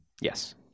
Yes